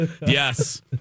yes